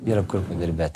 yra kur padirbėti